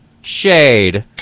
Shade